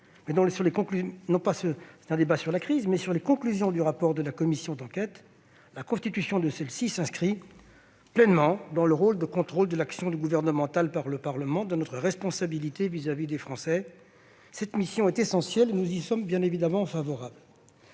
mais sur les conclusions du rapport de la commission d'enquête. La constitution de celle-ci s'inscrit pleinement dans le rôle de contrôle de l'action du Gouvernement par le Parlement et relève bien de notre responsabilité vis-à-vis des Français. Cette mission est essentielle et nous y sommes évidemment favorables.